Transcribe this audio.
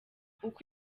uko